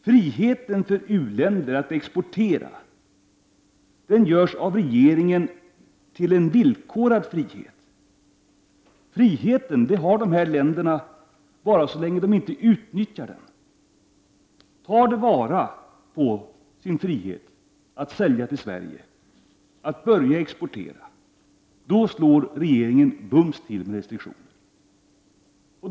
Friheten för u-länder att exportera görs av regeringen till en villkorad frihet. Friheten har dessa länder bara så länge de inte utnyttjar den. Tar de vara på sin frihet att börja exportera till Sverige slår regeringen bums till med restriktioner.